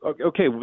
okay